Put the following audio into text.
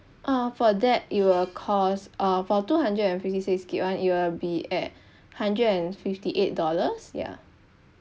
uh for that it will cost uh for two hundred and fifty six gig [one] it will be at hundred and fifty eight dollars yeah